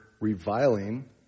reviling